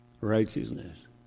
Righteousness